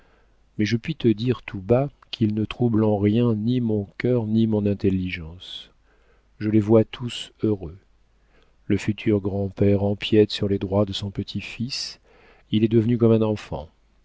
mais je puis te dire tout bas qu'il ne trouble en rien ni mon cœur ni mon intelligence je les vois tous heureux le futur grand-père empiète sur les droits de son petit-fils il est devenu comme un enfant